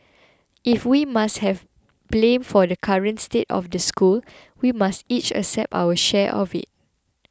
if we must have blame for the current state of the school we must each accept our share of it